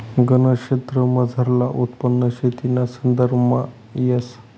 गनज क्षेत्रमझारलं उत्पन्न शेतीना संदर्भामा येस